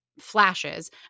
flashes